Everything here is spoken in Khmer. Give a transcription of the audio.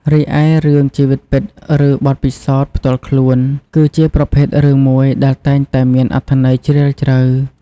រីឯ រឿងជីវិតពិត ឬបទពិសោធន៍ផ្ទាល់ខ្លួន គឺជាប្រភេទរឿងមួយដែលតែងតែមានអត្ថន័យជ្រាលជ្រៅ។